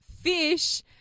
fish